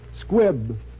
Squib